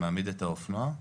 מעמיד את האופנוע,